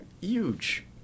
huge